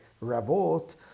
revolt